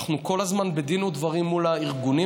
אנחנו כל הזמן בדין ודברים מול הארגונים.